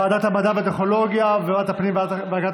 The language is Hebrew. ועדת המדע והטכנולוגיה וועדת הפנים והגנת